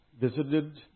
visited